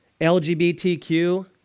LGBTQ